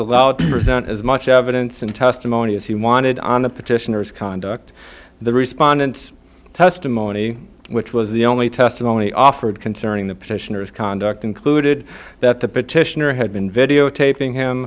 present as much evidence and testimony as he wanted on the petitioners conduct the respondent testimony which was the only testimony offered concerning the petitioners conduct included that the petitioner had been videotaping him